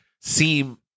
seem